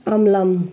अमलम्